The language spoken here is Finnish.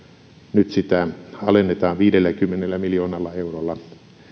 nyt sitä alennetaan viidelläkymmenellä miljoonalla eurolla